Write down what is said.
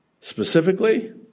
Specifically